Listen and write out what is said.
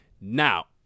Now